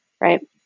right